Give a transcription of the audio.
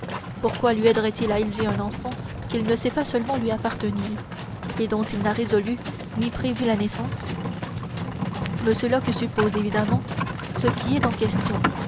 pourquoi lui aidera t il à élever un enfant qu'il ne sait pas seulement lui appartenir et dont il n'a résolu ni prévu la naissance m locke suppose évidemment ce qui est en question